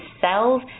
cells